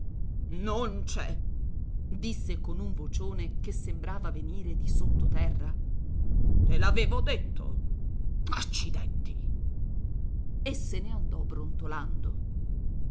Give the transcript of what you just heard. non c'è disse con un vocione che sembrava venire di sotterra te l'avevo detto accidenti e se ne andò brontolando